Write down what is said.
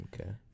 Okay